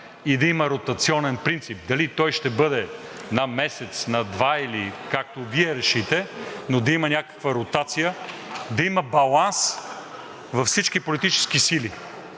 и да има ротационен принцип – дали ще бъде на месец, на два или както Вие решите, но да има някаква ротация, да има баланс във всички политически сили.